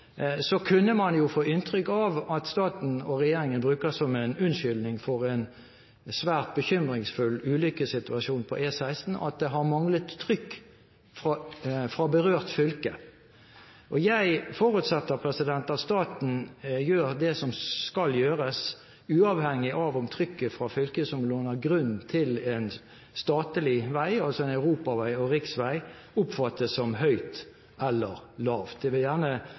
kunne man jo få inntrykk av at staten og regjeringen bruker som en unnskyldning for en svært bekymringsfull ulykkessituasjon på E16, at det har manglet trykk fra berørt fylke. Jeg forutsetter at staten gjør det som skal gjøres, uavhengig av om trykket fra fylket som låner grunn til en statlig vei, altså en europavei og riksvei, oppfattes som høyt eller lavt. Jeg vil gjerne